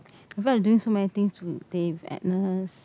I feel like doing so many things today Agnes